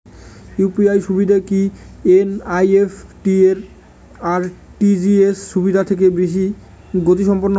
UPI সুবিধা কি NEFT আর আর.টি.জি.এস সুবিধা থেকে বেশি গতিসম্পন্ন?